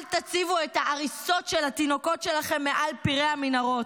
אל תציבו את העריסות של התינוקות שלכם מעל פירי המנהרות.